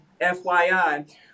FYI